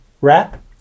wrap